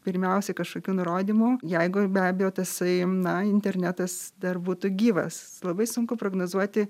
pirmiausia kažkokių nurodymų jeigu be abejo tasai na internetas dar būtų gyvas labai sunku prognozuoti